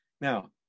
Now